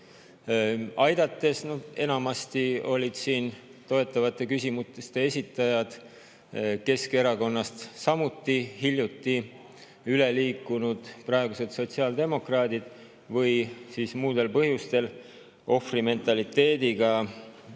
puhvrit. Enamasti olid siin toetavate küsimuste esitajad Keskerakonnast, samuti hiljuti üle liikunud praegused sotsiaaldemokraadid või muudel põhjustel ohvrimentaliteedist